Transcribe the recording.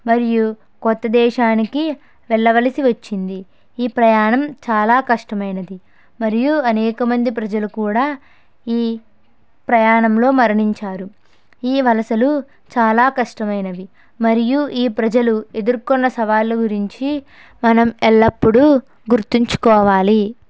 మరియు కొత్త దేశానికి వెళ్ళవలసి వచ్చింది ఈ ప్రయాణం చాలా కష్టమైనది మరియు అనేక మంది ప్రజలు కూడా ఈ ప్రయాణంలో మరణించారు ఈ వలసలు చాలా కష్టమైనవి మరియు ఈ ప్రజలు ఎదుర్కొన్న సవాళ్ళు గురించి మనం ఎల్లప్పుడు గుర్తుంచుకోవాలి